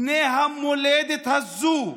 בני המולדת הזאת,